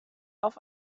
auf